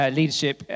leadership